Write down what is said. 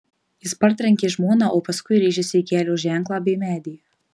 jis partrenkė žmoną o paskui rėžėsi į kelio ženklą bei medį